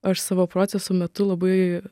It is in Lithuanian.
aš savo procesų metu labai